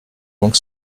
donc